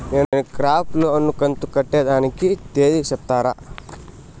నేను crop loan కంతు కట్టేదానికి తేది సెప్తారా?